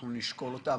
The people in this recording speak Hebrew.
אנחנו נשקול אותה.